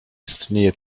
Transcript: istnieje